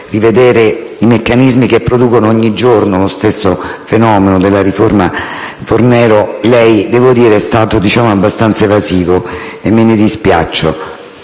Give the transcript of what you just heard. rivedere i meccanismi che producono ogni giorno lo stesso fenomeno della riforma Fornero lei è stato abbastanza evasivo, e me ne dispiaccio.